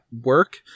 work